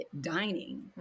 Dining